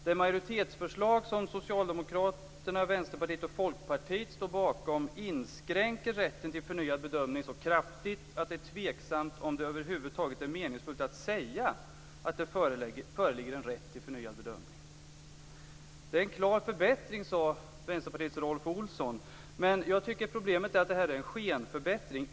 Det majoritetsförslag som Socialdemokraterna, Vänsterpartiet och Folkpartiet står bakom inskränker rätten till förnyad bedömning så kraftigt att det är tveksamt om det över huvud taget är meningsfullt att säga att det föreligger en rätt till förnyad bedömning. Vänsterpartiets Rolf Olsson sade att detta är en klar förbättring, men jag tycker att problemet är att det här är en skenförbättring.